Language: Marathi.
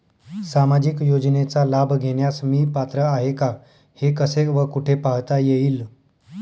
सामाजिक योजनेचा लाभ घेण्यास मी पात्र आहे का हे कसे व कुठे पाहता येईल?